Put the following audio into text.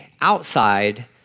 outside